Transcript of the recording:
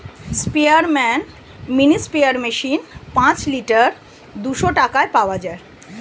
স্পেয়ারম্যান mini sprayer machine পাঁচ litre দুইশো টাকায় পাওয়া যায়